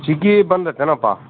ಜಿಗಿ ಬಂದದೇನಪ್ಪಾ